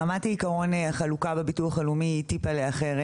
ברמת העיקרון החלוקה בביטוח הלאומי היא טיפה אחרת.